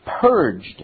purged